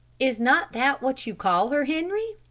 is not that what you call her, henry?